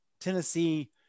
Tennessee